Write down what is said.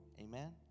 Amen